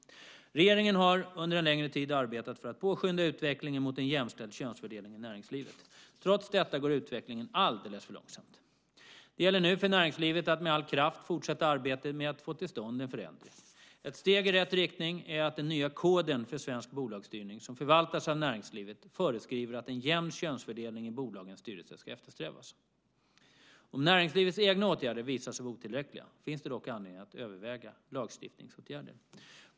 Regeringen har under en längre tid arbetat för att påskynda utvecklingen mot en jämställd könsfördelning i näringslivet. Trots detta går utvecklingen alldeles för långsamt. Det gäller nu för näringslivet att med all kraft fortsätta arbetet med att få till stånd en förändring. Ett steg i rätt riktning är att den nya koden för svensk bolagsstyrning, som förvaltas av näringslivet, föreskriver att en jämn könsfördelning i bolagens styrelser ska eftersträvas. Om näringslivets egna åtgärder visar sig vara otillräckliga finns det dock anledning att överväga lagstiftningsåtgärder.